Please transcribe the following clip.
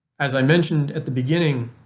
as i mentioned at the beginning,